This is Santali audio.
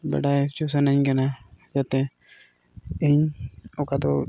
ᱵᱟᱰᱟᱭ ᱦᱚᱪᱚ ᱥᱟᱱᱟᱧ ᱠᱟᱱᱟ ᱡᱟᱛᱮ ᱤᱧ ᱚᱠᱟ ᱫᱚ